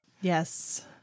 yes